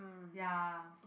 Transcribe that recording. ya